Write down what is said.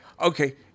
okay